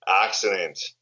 accident